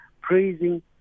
praising